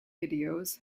videos